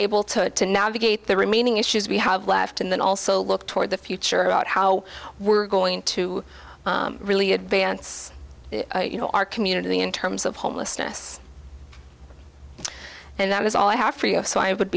able to navigate the remaining issues we have left and then also look toward the future about how we're going to really advance you know our community in terms of homelessness and that was all i have for your so i would